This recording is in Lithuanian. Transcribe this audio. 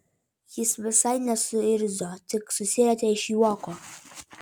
jis visai nesuirzo tik susirietė iš juoko